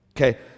Okay